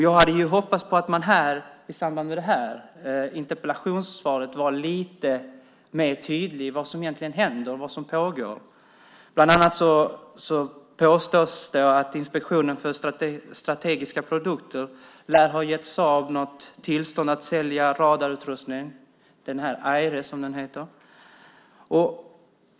Jag hade hoppats att man hade varit lite mer tydlig i interpellationssvaret om vad som egentligen händer och vad som pågår. Det påstås bland annat att Inspektionen för strategiska produkter ska ha gett Saab tillstånd att sälja radarutrustningen Erieye som den heter.